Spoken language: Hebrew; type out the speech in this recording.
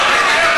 הזה,